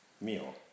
meal